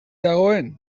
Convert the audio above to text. dagoen